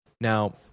Now